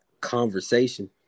conversation